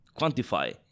quantify